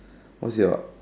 who's your